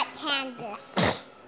Kansas